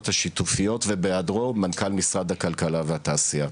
השיתופיות ובהיעדרו מנכ"ל משרד הכלכלה והתעשייה.